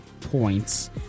points